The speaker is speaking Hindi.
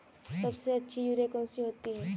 सबसे अच्छी यूरिया कौन सी होती है?